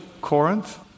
Corinth